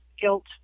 guilt